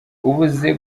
ubuze